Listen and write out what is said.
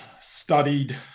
studied